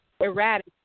erratic